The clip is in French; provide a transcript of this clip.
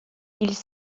ils